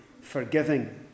forgiving